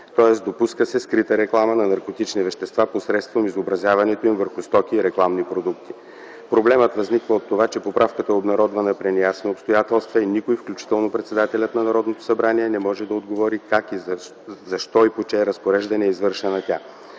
Тоест допуска се скрита реклама на наркотични вещества посредством изобразяването им върху стоки и рекламни продукти. Проблемът възниква от това, че поправката е обнародвана при неясни обстоятелства и никой, включително председателят на Народното събрание, не може да отговори как, защо и по чие разпореждане е извършена тя.